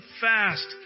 fast